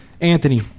Anthony